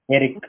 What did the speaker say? Eric